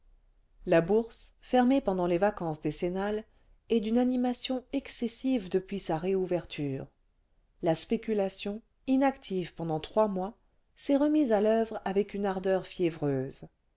la bourse fermée pendant les vacances décennales est d'une animation excessive depuis sa réouverture la spéculation inactive pendant trois mois s'est remise à l'oeuvre avec une ardeur fiévreuse